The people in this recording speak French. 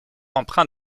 empreint